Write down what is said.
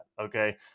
okay